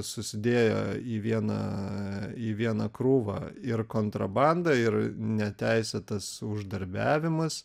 susidėjo į vieną į vieną krūvą ir kontrabanda ir neteisėtas uždarbiavimas